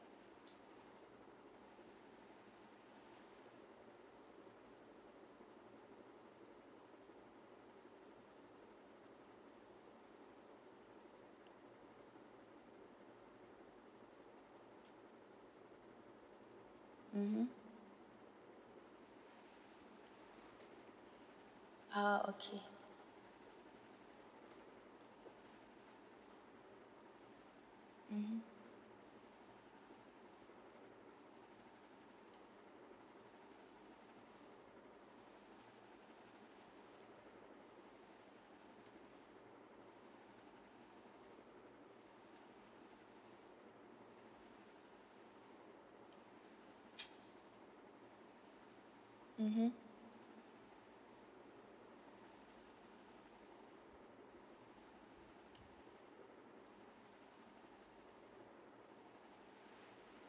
mmhmm ah okay mmhmm mmhmm